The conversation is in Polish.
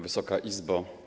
Wysoka Izbo!